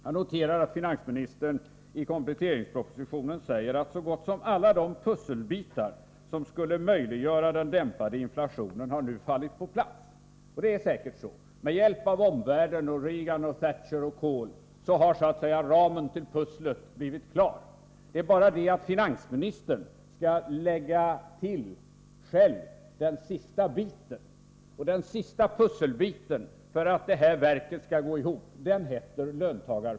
Jag noterar att finansministern i kompletteringspropositionen säger att så gott som alla de pusselbitar som skulle möjliggöra den dämpade inflationen nu har fallit på plats. Det är säkert så. Med hjälp av omvärlden, med hjälp av Reagan, Thatcher och Kohl, har ramen till pusslet blivit klar. Finansministern skall själv lägga till den sista pusselbiten för att verket skall bli färdigt.